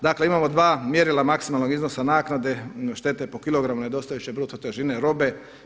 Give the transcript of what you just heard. Dakle, imamo dva mjerila maksimalnog iznosa naknade štete po kilogramu nedostajeće bruto težine robe.